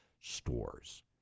stores